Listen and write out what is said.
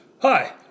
hi